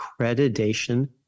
accreditation